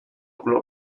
color